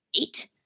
eight